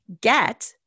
get